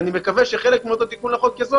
אני מקווה שחלק מאותו תיקון לחוק יסוד